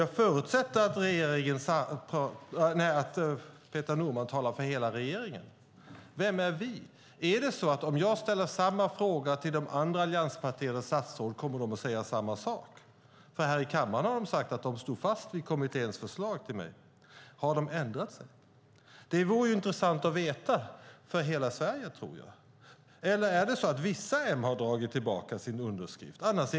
Jag förutsätter att Peter Norman talar för hela regeringen. Vem är "vi"? Om jag ställer samma fråga till de andra allianspartiernas statsråd kommer de då att säga samma sak? Här i kammaren har de sagt till mig att de står fast vid kommitténs förslag. Har de ändrat sig? Det vore intressant för hela Sverige att veta. Eller har vissa dragit tillbaka sina underskrifter?